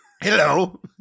Hello